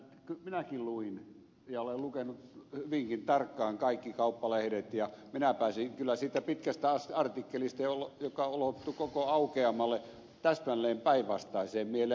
minäkin luin ja olen lukenut hyvinkin tarkkaan kaikki kauppalehdet ja minä pääsin kyllä siitä pitkästä artikkelista joka ulottui koko aukeammalle täsmälleen päinvastaiseen mieleen